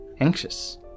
anxious